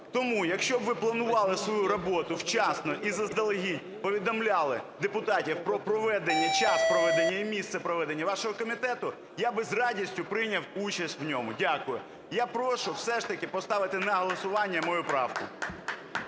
Тому, якщо б ви планували свою роботу вчасно і заздалегідь повідомляли депутатів про проведення, час проведення і місце проведення вашого комітету, я би з радістю прийняв участь в ньому. Дякую. Я прошу все ж таки поставити на голосування мою правку.